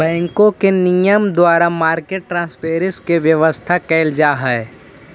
बैंकों के नियम के द्वारा मार्केट ट्रांसपेरेंसी के व्यवस्था कैल जा हइ